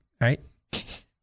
right